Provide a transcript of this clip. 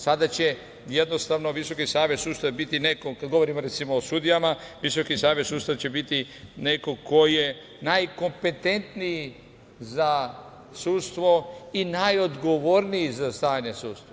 Sada će jednostavno, Visoki savet sudstva biti neko, kada govorimo o sudijama, Visoki savet sudstva će biti neko ko je najkompetentniji za sudstvo i najodgovorniji za stanje sudstva.